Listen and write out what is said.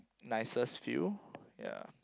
nicest feel ya